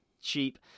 cheap